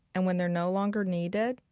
and when they're no longer needed,